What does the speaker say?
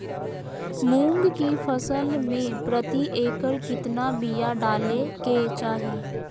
मूंग की फसल में प्रति एकड़ कितना बिया डाले के चाही?